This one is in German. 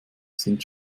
sind